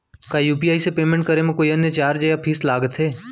का यू.पी.आई से पेमेंट करे म कोई अन्य चार्ज या फीस लागथे?